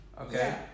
Okay